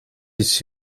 its